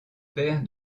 père